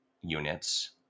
units